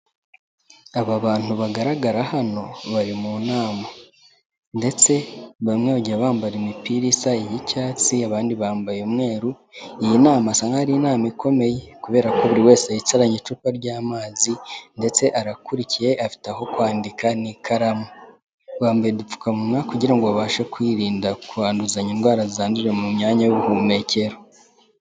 Aba bantu bagaragara hano bari mu nama, ndetse bamwe bagiye bambara imipira isa, iy'icyatsi, abandi bambaye umweru, iyi nama wasanga ari inama ikomeye, kubera ko buri wese yicaranye icupa ry'amazi, ndetse arakurikiye, afite aho kwandika n'ikaramu, bambaye udupfukamuwa kugira ngo babashe kwirinda kwanduzanya indwara zandurira mu myanya y'ubuhumekero.